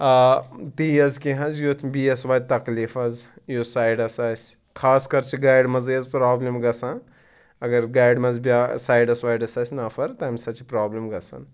آ تیز کیٚنٛہہ حظ یُتھ بیٚیِس واتہِ تَکلیٖف حظ یُس سایڈَس آسہِ خاص کَر چھِ گاڑِ منٛزٕے حظ پرٛابلِم گژھان اَگر گاڑِ منٛز سایڈَس وایڈَس آسہِ نَفَر تَمہِ سۭتۍ چھِ پرٛابلِم گژھان